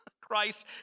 Christ